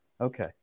Okay